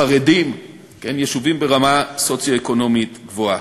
חרדיים, וגם ביישובים ברמה סוציו-אקונומית גבוהה.